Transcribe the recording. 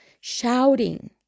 shouting